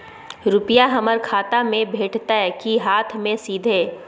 रुपिया हमर खाता में भेटतै कि हाँथ मे सीधे?